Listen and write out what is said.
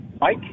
Mike